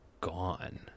gone